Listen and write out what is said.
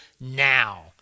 now